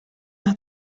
hat